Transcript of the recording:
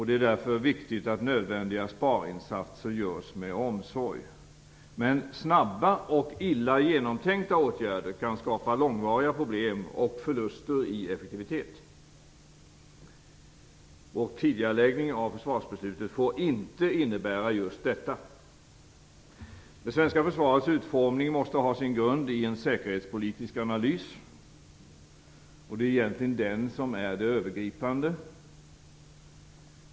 Det är därför viktigt att nödvändiga sparinsatser görs med omsorg. Men snabba och illa genomtänkta åtgärder kan skapa långvariga problem och förluster i effektivitet. En tidigareläggning av försvarsbeslutet får inte innebära just detta. Det svenska försvarets utformning måste ha sin grund i en säkerhetspolitisk analys. Det är egentligen den som är det övergripande.